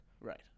right